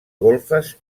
golfes